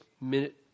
minute